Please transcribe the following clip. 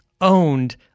owned